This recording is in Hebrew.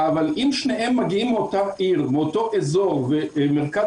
אבל אם שניהם גרים באותה עיר באותו אזור ומרכז